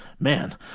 Man